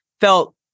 felt